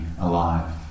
alive